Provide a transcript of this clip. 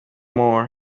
more